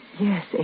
Yes